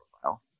profile